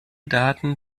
daten